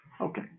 Okay